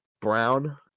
brown